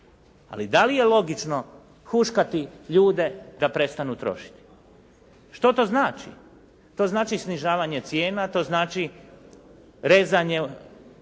ali da li je logično huškati ljude da prestanu trošiti. Što to znači? To znači snižavanje cijena, to znači rezanje